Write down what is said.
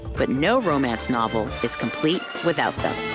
but no romance novel is complete without them.